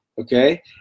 okay